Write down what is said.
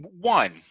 one